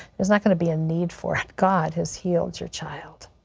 there's not gonna be a need for it, god has healed your child.